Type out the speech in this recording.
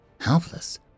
Helpless